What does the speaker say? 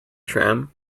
tram